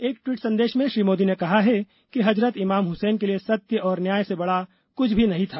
एक द्वीट संदेश में श्री मोदी ने कहा है कि हजरत इमाम हुसैन के लिए सत्य और न्याय से बड़ा कुछ भी नहीं था